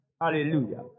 Hallelujah